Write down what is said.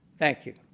thank you.